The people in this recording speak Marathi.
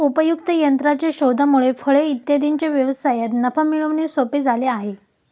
उपयुक्त यंत्राच्या शोधामुळे फळे इत्यादींच्या व्यवसायात नफा मिळवणे सोपे झाले आहे